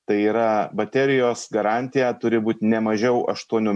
tai yra baterijos garantija turi būt ne mažiau aštuonių